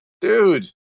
Dude